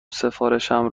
سفارشم